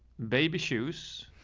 baby shoes